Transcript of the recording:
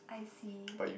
I see